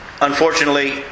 Unfortunately